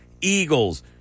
Eagles